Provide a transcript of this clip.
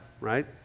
right